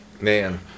man